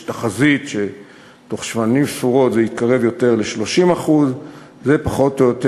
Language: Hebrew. יש תחזית שבתוך שנים ספורות זה יתקרב יותר ל-30% פחות או יותר